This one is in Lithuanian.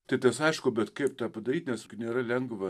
tai tas aišku bet kaip tą padaryt nes juk nėra lengva